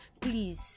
please